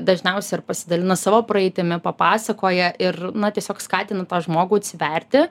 dažniausia ir pasidalina savo praeitimi papasakoja ir na tiesiog skatina tą žmogų atsiverti